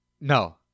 No